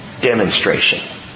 demonstration